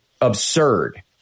absurd